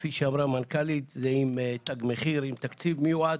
כפי שאמר המנכ"לית, עם תג מחיר, עם תקציב מיועד.